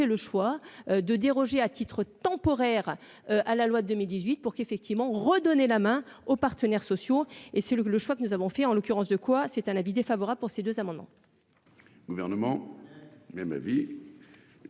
le choix de déroger à titre temporaire à la loi de 2018 pour qu'effectivement redonner la main aux partenaires sociaux et c'est le le choix que nous avons fait en l'occurrence de quoi c'est un avis défavorable pour ces 2 amendements.